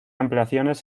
ampliaciones